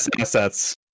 assets